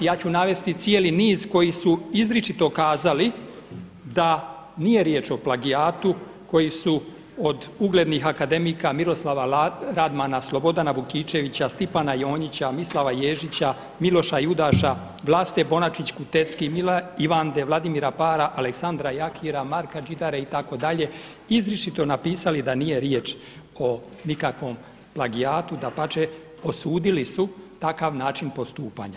Ja ću navesti cijeli niz koji su izričito kazali da nije riječ o plagijatu koji su od uglednih akademika Miroslava Radmana, Slobodana Vukičevića, Stipana Jonjića, Mislava Ježića, Miloša Judaša, Vlaste Bonačić Kutecki, Mila Ivande, Vladimira Para, Aleksandra Jakira, Marka … itd. izričito napisali da nije riječ o nikakvom plagijatu, dapače osudili su takav način postupanja.